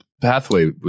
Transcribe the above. pathway